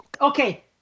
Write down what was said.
Okay